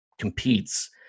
competes